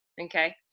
Okay